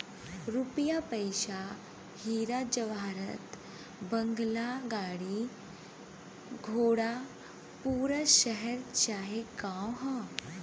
रुपिया पइसा हीरा जवाहरात बंगला घोड़ा गाड़ी पूरा शहर चाहे गांव हौ